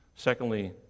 Secondly